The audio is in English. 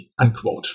unquote